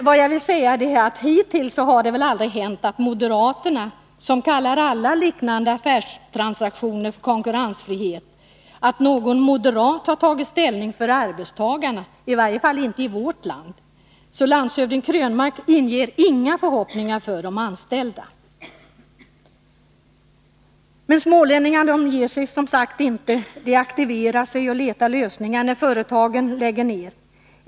Vad jag vill säga är att det hittills aldrig har hänt att moderaterna — som kallar alla liknande affärstransaktioner för ”konkurrensfrihet” — har tagit ställning för arbetstagarna, i varje fall inte i vårt land. Så landshövding Krönmark inger inga förhoppningar för de anställda. Men smålänningarna ger sig som sagt inte. De aktiverar sig och letar efter lösningar, när företagen lägger ned.